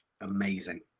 amazing